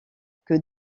que